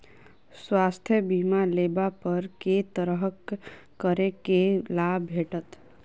स्वास्थ्य बीमा लेबा पर केँ तरहक करके लाभ भेटत?